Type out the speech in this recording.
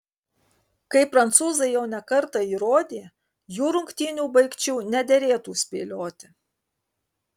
kaip prancūzai jau ne kartą įrodė jų rungtynių baigčių nederėtų spėlioti